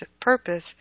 purpose